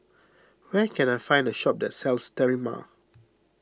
where can I find a shop that sells Sterimar